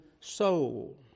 soul